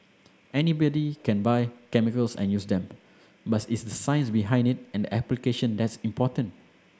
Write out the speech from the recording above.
anybody can buy chemicals and use them but it's the science behind it and the application that's important